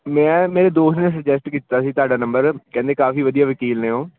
ਮੈਂ ਮੇਰੇ ਦੋਸਤ ਨੇ ਸੁਜੈਸਟ ਕੀਤਾ ਸੀ ਤੁਹਾਡਾ ਨੰਬਰ ਕਹਿੰਦੇ ਕਾਫੀ ਵਧੀਆ ਵਕੀਲ ਨੇ ਉਹ